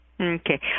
Okay